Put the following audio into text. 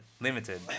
limited